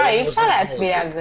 אי אפשר להצביע על זה.